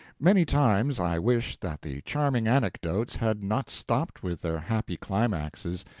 many times i wished that the charming anecdotes had not stopped with their happy climaxes,